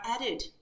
added